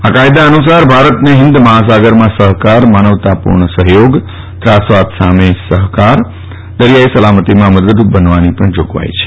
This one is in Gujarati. આ નવા કાયદા અનુસાર ભારતને હિન્દ મહાસાગરમાં સહકાર માનવતાપૂર્ણ સહાય ત્રાસવાદ સામે સહયોગ દરિયાઇ સલામતિમાં મદદરૂપ બનવાની જોગવાઇ છે